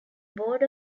board